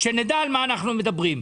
כדי שנדע על מה אנחנו מדברים?